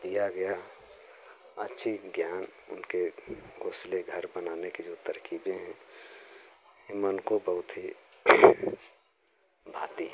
दिया गया अच्छी ज्ञान उनके घोंसले घर बनाने की जो तरकीबें हैं ये मन को बहुत ही भाती हैं